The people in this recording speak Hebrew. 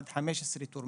עד 15 תורמים.